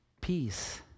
Peace